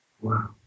Wow